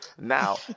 now